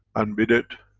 and with it